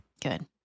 Good